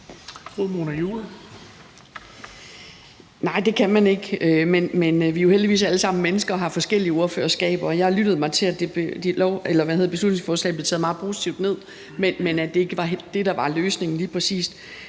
Nej, det kan man ikke, men vi er jo heldigvis alle sammen mennesker og har forskellige ordførerskaber, og jeg lyttede mig til, at dette beslutningsforslag blev taget meget positivt ned, men at det ikke lige præcis var det, der var løsningen. Jeg har